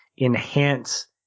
enhance